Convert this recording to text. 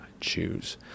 choose